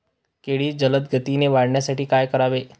केळी जलदगतीने वाढण्यासाठी काय करावे?